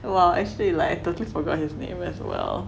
well actually like I totally forgot his name as well